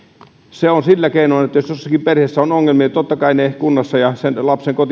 se on sillä keinoin että jos jossakin perheessä on ongelmia niin totta kai ne sen lapsen